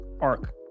arc